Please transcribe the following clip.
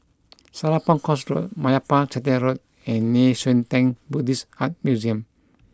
Serapong Course Road Meyappa Chettiar Road and Nei Xue Tang Buddhist Art Museum